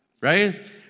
right